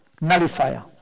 nullifier